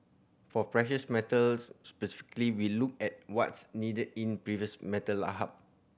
for precious metals specifically we look at what's needed in metal hub